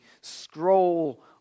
scroll